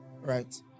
Right